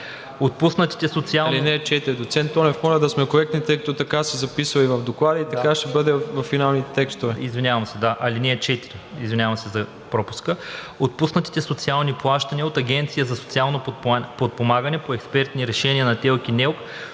Отпуснатите социални плащания от Агенцията за социално подпомагане по експертни решения на ТЕЛК и НЕЛК,